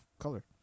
color